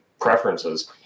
preferences